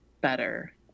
better